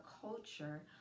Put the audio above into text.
culture